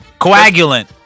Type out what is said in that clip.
Coagulant